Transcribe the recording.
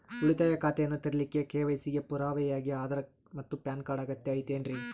ಉಳಿತಾಯ ಖಾತೆಯನ್ನ ತೆರಿಲಿಕ್ಕೆ ಕೆ.ವೈ.ಸಿ ಗೆ ಪುರಾವೆಯಾಗಿ ಆಧಾರ್ ಮತ್ತು ಪ್ಯಾನ್ ಕಾರ್ಡ್ ಅಗತ್ಯ ಐತೇನ್ರಿ?